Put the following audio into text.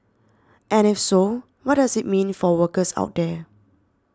and if so what does it mean for workers out there